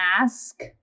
ask